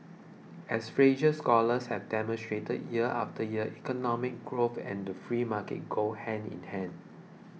as Fraser scholars have demonstrated year after year economic growth and the free markets go hand in hand